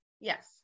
Yes